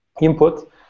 input